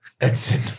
Edson